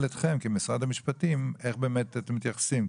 אתכם כמשרד המשפטים איך אתם מתייחסים.